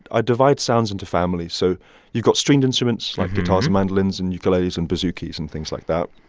i divide sounds into families. so you've got stringed instruments like guitars, mandolins and ukuleles and bouzoukis and things like that.